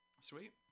Sweet